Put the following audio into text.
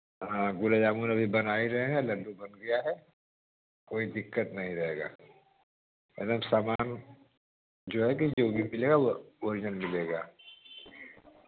हाँ गुलाब जामुन अभी बना ही रहें हैं लड्डू बन गया है कोई दिक्कत नहीं रहेगा एक दम समान जो है कि जो भी मिलेगा वह ओरिजनल मिलेगा